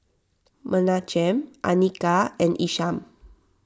Menachem Anika and Isham